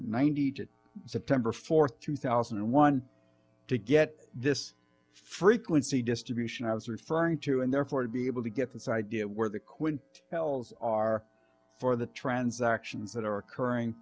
ninety to september fourth two thousand and one to get this frequency distribution i was referring to and therefore to be able to get this idea of where the quint shells are for the transactions that are occurring